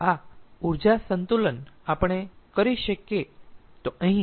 આ ઊર્જા સંતુલન આપણે કરી શકીએ તો અહીં m dot કહીશું